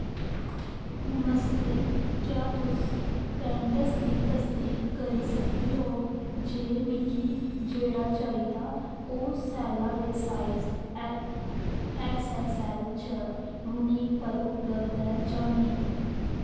नमस्ते क्या तुस पैंट्स दी तसदीक करी सकदे ओ जे मिगी जेह्ड़ा चाहिदा ओह् सैल्ला ते साइज ऐक्स ऐक्स ऐल्ल च वूनिक पर उपलब्ध ऐ जां नेईं